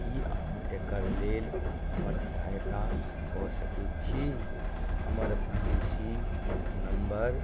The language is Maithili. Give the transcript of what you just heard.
कि अहाँ एकरा लेल हमर सहायता कऽ सकै छी हमर पॉलिसी नम्बर